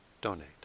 donate